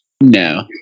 no